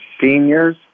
seniors